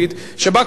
שבה כל שר,